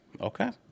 Okay